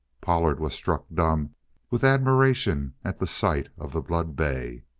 pollard was struck dumb with admiration at the sight of the blood-bay.